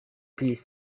piece